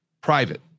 private